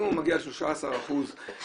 אם הוא מגיע ל-13% חשיפה,